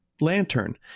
lantern